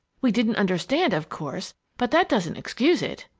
we didn't understand, of course, but that doesn't excuse it!